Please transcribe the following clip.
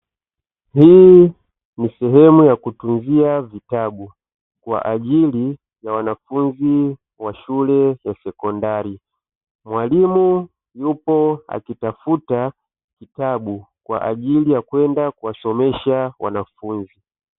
Hii ni sehemu ya kutunzia vitabu, kwa ajili ya wanafunzi wa shule ya sekondari. Mwalimu yupo akitafuta vitabu, kwa ajili ya kwenda kuwasomesha wanafunzi.